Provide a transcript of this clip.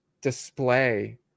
display